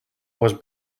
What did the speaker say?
was